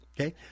Okay